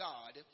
God